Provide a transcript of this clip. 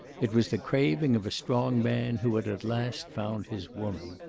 it was the craving of a strong man who had at last found his woman.